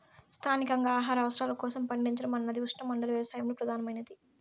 స్థానికంగా ఆహార అవసరాల కోసం పండించడం అన్నది ఉష్ణమండల వ్యవసాయంలో ప్రధానమైనది